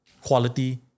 quality